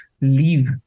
leave